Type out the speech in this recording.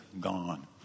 gone